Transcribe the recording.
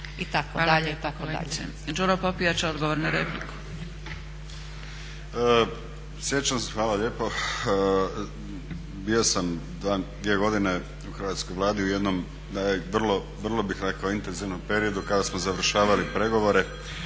i tako dalje